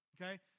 okay